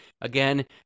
Again